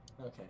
okay